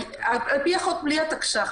בלי התקש"ח,